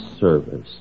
service